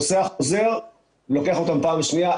הוא נוסע, חוזר, לוקח אותן פעם שנייה.